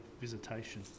visitation